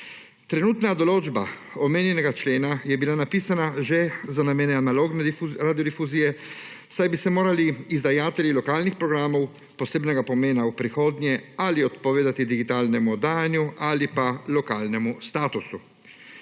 Trenutna določba omenjenega člena je bila napisana že za namene analogne radiodifuzije, saj bi se morali izdajatelji lokalnih programov posebnega pomena v prihodnje ali odpovedati digitalnemu oddajanju ali pa lokalnemu statusu.